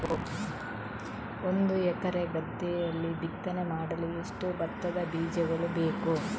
ಒಂದು ಎಕರೆ ಗದ್ದೆಯಲ್ಲಿ ಬಿತ್ತನೆ ಮಾಡಲು ಎಷ್ಟು ಭತ್ತದ ಬೀಜಗಳು ಬೇಕು?